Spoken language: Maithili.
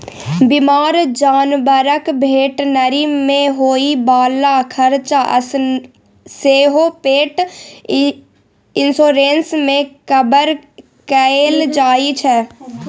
बीमार जानबरक भेटनरी मे होइ बला खरचा सेहो पेट इन्स्योरेन्स मे कवर कएल जाइ छै